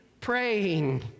praying